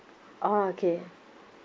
oh okay